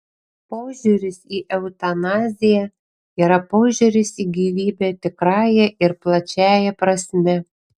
požiūris į eutanaziją yra požiūris į gyvybę tikrąja ir plačiąja prasme